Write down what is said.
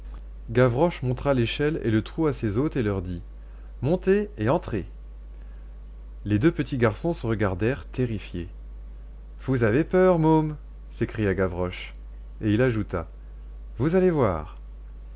gavroche montra l'échelle et le trou à ses hôtes et leur dit montez et entrez les deux petits garçons se regardèrent terrifiés vous avez peur mômes s'écria gavroche et il ajouta vous allez voir